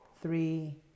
three